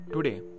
Today